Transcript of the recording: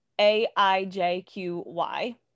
A-I-J-Q-Y